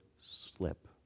slip